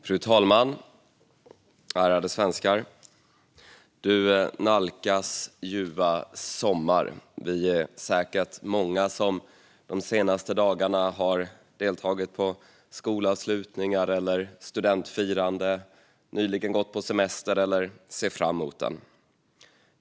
Fru talman! Ärade svenskar! Du nalkas ljuva sommar. Vi är säkert många som de senaste dagarna har deltagit på skolavslutningar eller studentfiranden, nyligen gått på semester eller ser fram mot den.